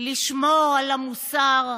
לשמור על המוסר,